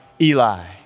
Eli